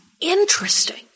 Interesting